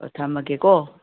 ꯑꯣ ꯊꯝꯃꯒꯦꯀꯣ